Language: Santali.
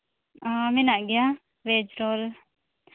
ᱚᱻ ᱢᱮᱱᱟᱜ ᱜᱮᱭᱟ ᱵᱷᱮᱡᱽ ᱫᱚ